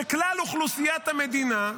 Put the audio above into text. כשבכלל אוכלוסיית המדינה,